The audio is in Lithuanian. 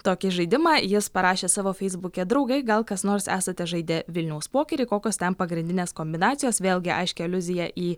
tokį žaidimą jis parašė savo feisbuke draugai gal kas nors esate žaidę vilniaus pokerį kokios ten pagrindinės kombinacijos vėlgi aiški aliuzija į